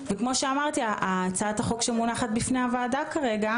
כמו שאמרתי הצעת החוק המונחת בפני הוועדה כרגע